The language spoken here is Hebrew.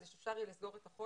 כדי שאפשר יהיה לסגור את החודש.